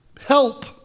help